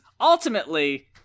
ultimately